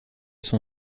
son